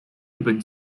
日本